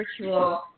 virtual